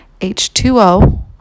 H2O